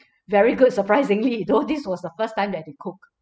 very good surprisingly though this was the first time that they cook